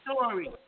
story